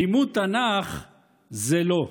לימוד תנ"ך זה לא.